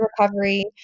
recovery